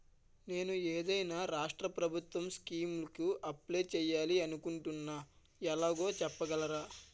నేను ఏదైనా రాష్ట్రం ప్రభుత్వం స్కీం కు అప్లై చేయాలి అనుకుంటున్నా ఎలాగో చెప్పగలరా?